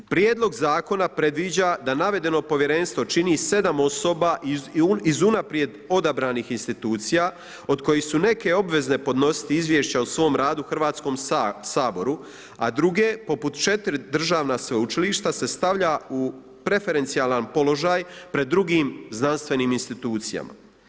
Prijedlog zakona predviđa da navedeno Povjerenstvo čini 7 osoba iz unaprijed odabranih institucija od kojih su neke obvezne podnositi izvješća o svom radu Hrvatskom saboru, a druge poput 4 državna sveučilišta se stavlja u preferencijalan položaj pred drugim znanstvenim institucijama.